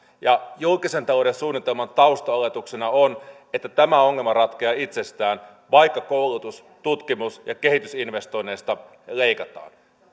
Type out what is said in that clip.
julkisen talouden suunnitelman taustaoletuksena on että tämä ongelma ratkeaa itsestään vaikka koulutus tutkimus ja kehitysinvestoinneista leikataan